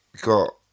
got